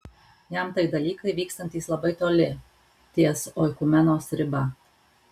jam tai dalykai vykstantys labai toli ties oikumenos riba